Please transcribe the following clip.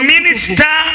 minister